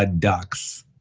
ah ducks.